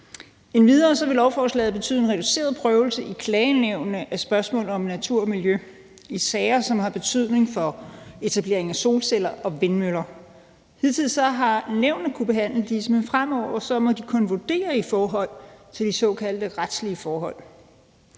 andet vil lovforslaget betyde en reduceret mulighed for prøvelse i klagenævnene i spørgsmål om natur og miljø i sager, som har betydning for etablering af solceller og vindmøller. Hidtil har nævnene kunnet behandle disse, men fremover må de kun vurdere i forhold til de såkaldte retslige forhold.